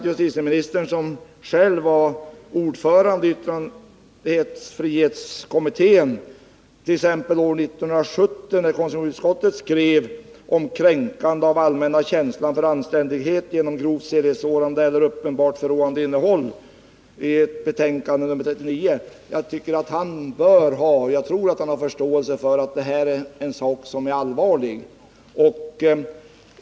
Justitieministern var ju ordförande i yttrandefrihetskommittén och var medt.ex. år 1970 när konstitutionsutskottet i sitt betänkande nr 39 talade om sådant som innebar kränkande av den allmänna känslan för anständighet och som hade ett grovt sedlighetssårande eller uppenbart förråande innehåll, och jag tycker att han mot den bakgrunden bör ha — och jag tror också att han har det — förståelse för att detta är en sak som är allvarlig.